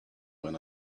when